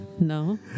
no